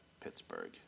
Pittsburgh